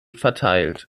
verteilt